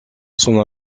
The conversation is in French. son